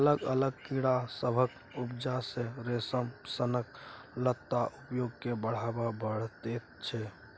अलग अलग कीड़ा सभक उपजा सँ रेशम सनक लत्ता उद्योग केँ बढ़ाबा भेटैत छै